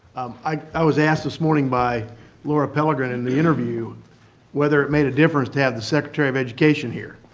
i was asked this morning by laura pelegrin in the interview whether it made a difference to have the secretary of education here.